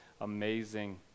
amazing